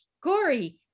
gory